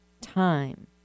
time